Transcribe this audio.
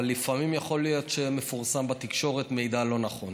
אבל לפעמים יכול להיות שמפורסם בתקשורת מידע לא נכון.